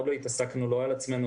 עוד לא התעסקנו בעצמנו,